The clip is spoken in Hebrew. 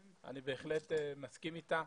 אני בהחלט מסכים איתה.